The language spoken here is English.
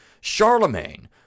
Charlemagne